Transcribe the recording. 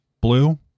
Blue